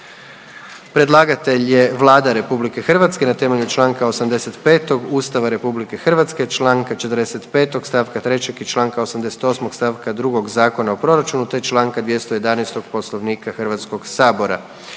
Predlagatelj je Vlada Republike Hrvatske na temelju članka 85. Ustava Republike Hrvatske, članka 45. stavka 3. i članka 88. stavka drugog Zakona o proračunu, te članka 211. Poslovnika Hrvatskog sabora.